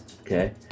okay